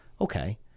okay